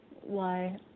Why